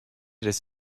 des